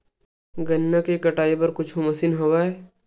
गन्ना के कटाई बर का कुछु मशीन हवय?